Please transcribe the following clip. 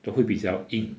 都会比较硬